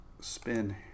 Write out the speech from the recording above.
spin